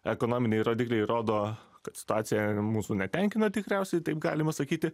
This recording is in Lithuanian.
ekonominiai rodikliai rodo kad situacija mūsų netenkina tikriausiai taip galima sakyti